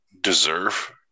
deserve